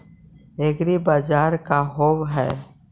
एग्रीबाजार का होव हइ?